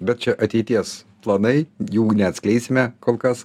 bet čia ateities planai jų neatskleisime kol kas